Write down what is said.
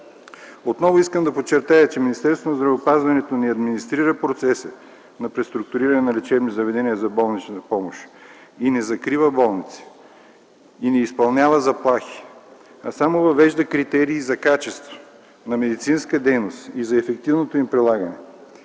на здравеопазването не администрира процесите на преструктуриране на лечебни заведения за болничната помощ и не закрива болници, и не изпълнява заплахи, а само въвежда критерии за качество на медицинската дейност и за ефективното им прилагане.